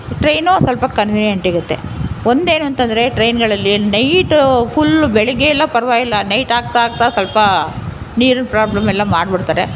train ಸ್ವಲ್ಪ convenient ಇರುತ್ತೆ ಒಂದು ಏನುಂತಂದ್ರೆ ಟ್ರೈನ್ಗಳಲ್ಲಿ ನೈಟು ಫುಲ್ಲು ಬೆಳಗ್ಗೆಲ್ಲ ಪರ್ವಾಗಿಲ್ಲ ನೈಟ್ ಆಗ್ತಾ ಆಗ್ತಾ ಸ್ವಲ್ಪ ನೀರಿನ ಪ್ರಾಬ್ಲಮೆಲ್ಲ ಮಾಡಿ ಬಿಡ್ತಾರೆ